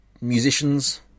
musicians